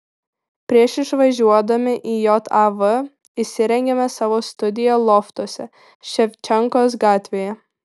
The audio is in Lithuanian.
prieš išvažiuodami į jav įsirengėme savo studiją loftuose ševčenkos gatvėje